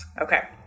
Okay